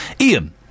Ian